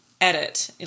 edit